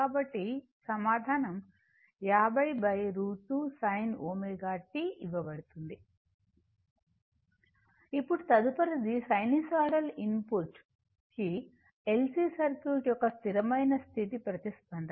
కాబట్టి సమాధానం50 √ 2 sin ω t ఇవ్వబడుతుంది ఇప్పుడు తదుపరిది సైనూసోయిడల్ ఇన్పుట్కి L C సర్క్యూట్ యొక్క స్థిరమైన స్థితి ప్రతిస్పందన